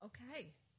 Okay